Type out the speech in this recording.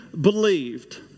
believed